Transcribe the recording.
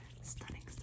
stunning